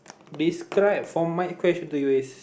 describe for my question to you is